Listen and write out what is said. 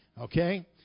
Okay